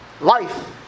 Life